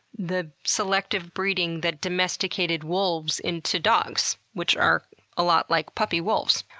the selective breeding that domesticated wolves into dogs, which are a lot like puppy wolves.